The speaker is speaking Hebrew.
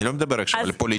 אני לא מדבר עכשיו על פוליטיקה.